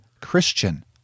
Christian